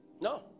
no